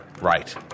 Right